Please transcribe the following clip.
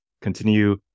Continue